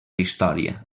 història